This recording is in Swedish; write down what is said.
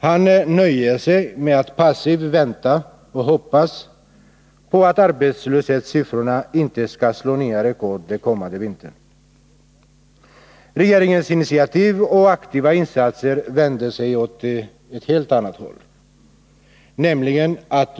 Han nöjer sig med att passivt vänta och hoppas på att arbetslöshetssiffrorna inte skall slå nya rekord den kommande vintern. Regeringens initiativ och aktiva insatser vänder sig åt ett helt annat håll.